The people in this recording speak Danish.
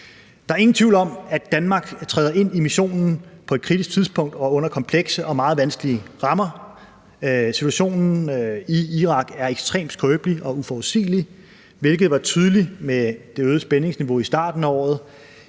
Der er ingen tvivl om, at Danmark træder ind i missionen på et kritisk tidspunkt og under komplekse og meget vanskelige forhold. Situationen i Irak er ekstremt skrøbelig og uforudsigelig, hvilket var tydeligt med det øgede spændingsniveau i starten af året.